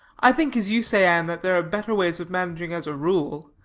i think, as you say, anne, that there are better ways of managing as a rule,